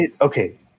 Okay